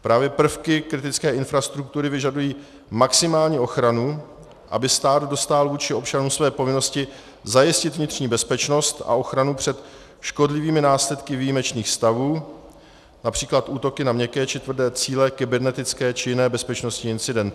Právě prvky kritické infrastruktury vyžadují maximální ochranu, aby stát dostál vůči občanům své povinnosti zajistit vnitřní bezpečnost a ochranu před škodlivými následky výjimečných stavů, například útoky na měkké či tvrdé cíle, kybernetické či jiné bezpečnostní incidenty.